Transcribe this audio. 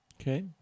Okay